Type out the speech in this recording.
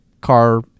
car